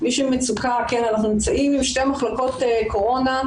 אנחנו נמצאים עם שתי מחלוקת קורונה,